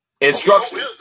instructions